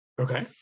Okay